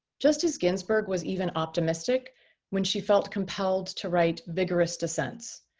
justice ginsburg was even optimistic when she felt compelled to write vigorous dissents,